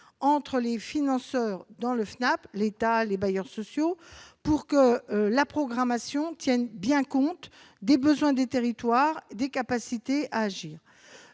des financeurs- l'État, les bailleurs sociaux -, pour que la programmation tienne bien compte des besoins des territoires et de leurs capacités à agir.